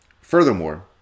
Furthermore